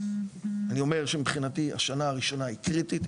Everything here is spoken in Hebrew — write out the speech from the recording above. אני אומר שמבחינתי השנה הראשונה היא קריטית,